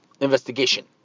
investigation